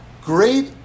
great